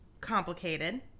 complicated